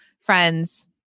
friends